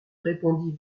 répondit